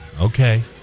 Okay